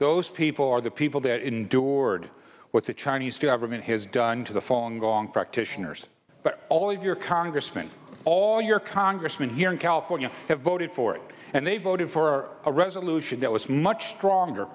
those people are the people that endured what the chinese government has done to the form gong practitioners but all of your congressman all your congressman here in california have voted for it and they voted for a resolution that was much stronger